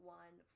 one